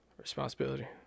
Responsibility